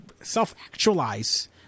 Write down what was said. self-actualize